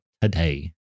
today